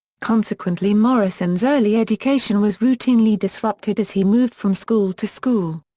consequently morrison's early education was routinely disrupted as he moved from school to school.